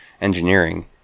engineering